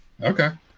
Okay